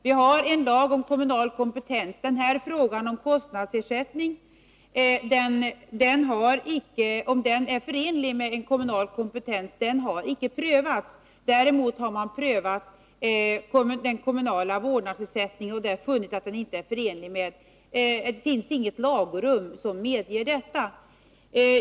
Vi har en lag om kommunal kompetens. Frågan huruvida kostnadsersättning är förenlig med kommunal kompetens har icke prövats. Däremot har man prövat den kommunala vårdnadsersättningen och funnit att det inte finns något lagrum där sådan medges.